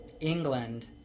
England